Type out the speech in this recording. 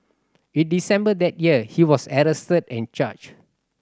in December that year he was arrested and charged